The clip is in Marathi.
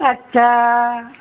अच्छा